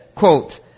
Quote